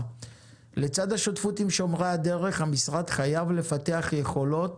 לצד השותפות עם "שומרי הדרך" המשרד חייב לפתח יכולות